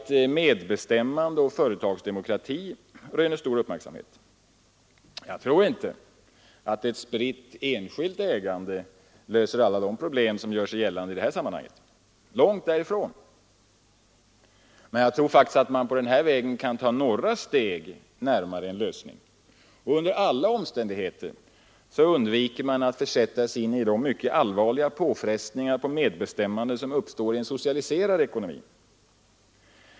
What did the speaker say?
Medbestämmande och företagsdemokrati röner stor uppmärksamhet. Jag tror inte att ett spritt, enskilt ägande löser alla de problem som gör sig gällande i detta sammanhang. Långt därifrån. Men jag tror faktiskt att man på den vägen kan ta några steg närmare en lösning. Under alla omständigheter undviker man att försätta sig i de allvarliga påfrestningar på medbestämmandet som uppstår i en socialiserad ekonomi.